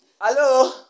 Hello